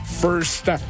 First